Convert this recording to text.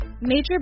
Major